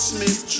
Smith